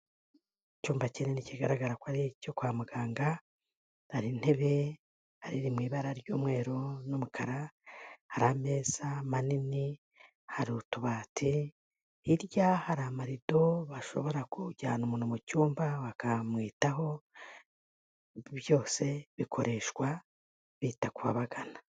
Icyumba kinini kigaragara ko ari icyo kwa muganga hari intebe, hari iri mu ibara ry'umweru n'umukara, hari ameza manini, hari utubati, hirya hari amarido bashobora kujyana umuntu mu cyumba bakamwitaho byose bikoreshwa bita kubabagana.